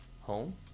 Home